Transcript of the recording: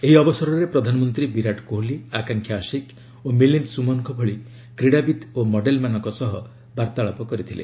ଏହି ଅବସରରେ ପ୍ରଧାନମନ୍ତ୍ରୀ ବିରାଟ କୋହଲି ଆକାକ୍ଷା ଆଶିକ ଓ ମିଲିନ୍ଦ ସୁମନଙ୍କ ଭଳି କ୍ରୀଡାବିତ୍ ଓ ମଡେଲମାନଙ୍କ ସହ ବାର୍ତ୍ତାଳାପ ପରିଛନ୍ତି